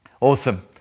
Awesome